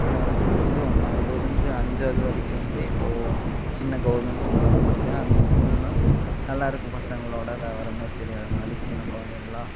சின்ன வயசுலிருந்து ஒன்றாவதிலிருந்து அஞ்சாவது வரைக்கும் வந்து இப்போ சின்ன கவுர்மெண்ட் ஸ்கூலில் தான் படிச்சேன் அந்த ஸ்கூல்ன்னா நல்லா இருக்கும் பசங்களோட விவரமே தெரியாத மாதிரி சின்ன குழந்தைங்களாக